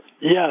Yes